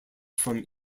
from